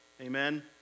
Amen